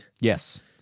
Yes